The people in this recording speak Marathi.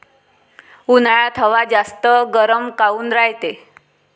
उन्हाळ्यात हवा जास्त गरम काऊन रायते?